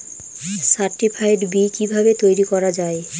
Certified বি কিভাবে তৈরি করা যায়?